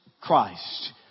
Christ